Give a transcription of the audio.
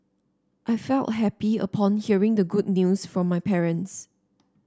I felt happy upon hearing the good news from my parents